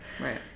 right